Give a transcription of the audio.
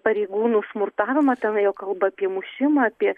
pareigūnų smurtavimą ten ėjo kalba apie mušimą apie